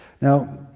Now